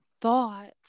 thought